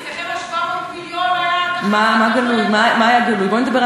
אצלכם ה-700 מיליון היה תחת, מה היה גלוי?